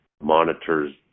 monitors